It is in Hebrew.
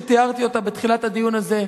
שתיארתי אותה בתחילת הדיון הזה,